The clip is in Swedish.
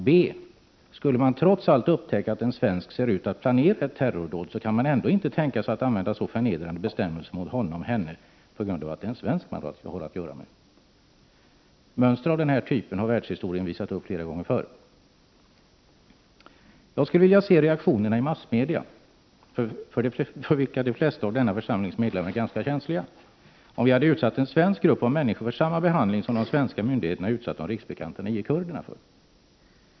b) Skulle man trots allt upptäcka att en svensk ser ut att planera ett terrordåd, kan man ändå inte tänka sig att använda så förnedrande bestämmelser mot honom eller henne på grund av att det är en svensk som man har att göra med. Mönster av denna typ har världshistorien visat upp flera gånger förr. Jag skulle vilja se reaktionerna i massmedia — för vilka de flesta av denna församlings medlemmar är ganska känsliga — om vi hade utsatt en svensk grupp av människor för samma behandling som de svenska myndigheterna utsatt de riksbekanta nio kurderna för.